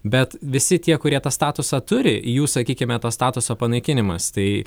bet visi tie kurie tą statusą turi jų sakykime to statuso panaikinimas tai